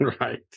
right